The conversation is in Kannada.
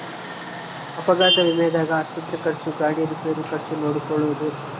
ಅಪಘಾತ ವಿಮೆದಾಗ ಆಸ್ಪತ್ರೆ ಖರ್ಚು ಗಾಡಿ ರಿಪೇರಿ ಖರ್ಚು ನೋಡ್ಕೊಳೊದು